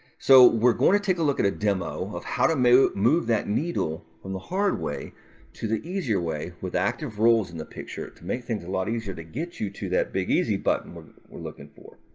so we're going to take a look at a demo of how to move move that needle from the hard way to the easier way with active roles in the picture to make things a lot easier to get you to that big easy button we're we're looking for.